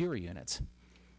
and it's